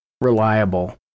reliable